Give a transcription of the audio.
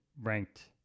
ranked